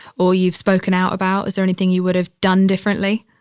or you've spoken out about? is there anything you would have done differently?